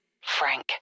Frank